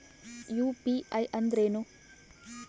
UPI ಅಂದ್ರೇನು?